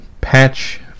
Patch